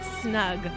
snug